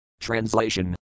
Translation